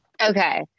Okay